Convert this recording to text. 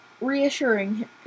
reassuring